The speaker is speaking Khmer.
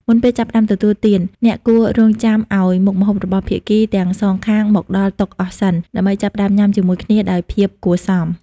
មុនពេលចាប់ផ្តើមទទួលទាន អ្នកគួររង់ចាំឱ្យមុខម្ហូបរបស់ភាគីទាំងសងខាងមកដល់តុអស់សិន ដើម្បីចាប់ផ្តើមញ៉ាំជាមួយគ្នាដោយភាពគួរសម។